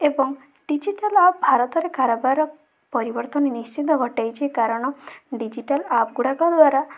ଏବଂ digital app ଭାରତରେ କାରବାର ପରିବର୍ତ୍ତନ ନିଶ୍ଚିନ୍ତ ଘଟାଇଛି କାରଣ ଡିଜିଟାଲ ଆପ୍ଗୁଡ଼ାକ ଦ୍ଵାରା